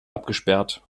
abgesperrt